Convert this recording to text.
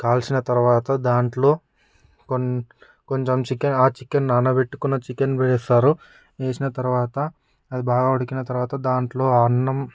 కాల్చిన తర్వాత దాంట్లో కొం కొంచెం చికెన్ ఆ చికెన్ నానబెట్టుకున్న చికెన్ వేస్తారు వేసిన తర్వాత అది బాగా ఉడికిన తర్వాత దాంట్లో అన్నం